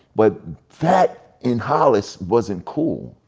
but, that in hollis, wasn't cool.